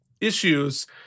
issues